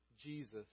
Jesus